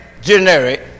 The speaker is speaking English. generic